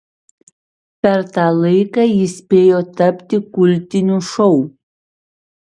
per tą laiką jis spėjo tapti kultiniu šou